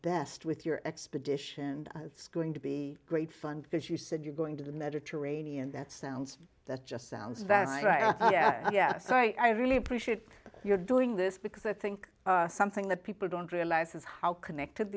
best with your expedition and it's going to be great fun because you said you're going to the mediterranean that sounds that just sounds very sorry i really appreciate your doing this because i think something that people don't realize is how connected